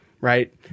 right